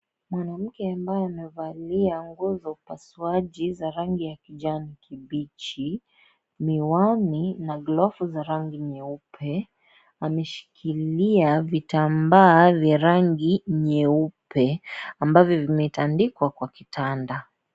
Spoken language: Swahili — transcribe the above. Mwanamke ambaye amevalia nguo za upasuaji za rangi ya kijani kibichi, miwani na glavu za rangi nyeupe ameshikilia vitambaa vya rangi nyeupe ambavyo vimetandikwa kwa kitanda.